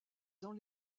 dans